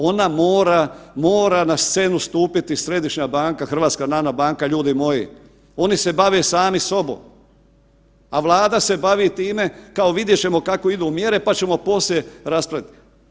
Ona mora, mora na scenu stupiti Središnja banka, HNB ljudi moji, oni se bave sami sobom, a Vlada se bavi time kao vidjet ćemo kako idu mjere, pa ćemo poslije raspravljat.